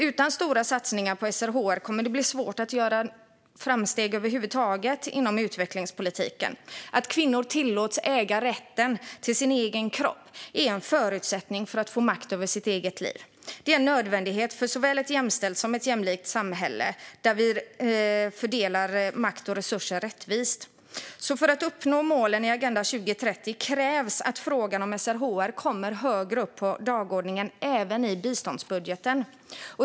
Utan stora satsningar på SRHR kommer det därför att bli svårt att göra framsteg över huvud taget inom utvecklingspolitiken. Att kvinnor tillåts äga rätten till sin egen kropp är en förutsättning för att få makt över sitt eget liv. Det är en nödvändighet för såväl ett jämställt som ett jämlikt samhälle där vi fördelar makt och resurser rättvist. För att uppnå målen i Agenda 2030 krävs det att frågan om SRHR kommer högre upp på dagordningen även i biståndsbudgeten.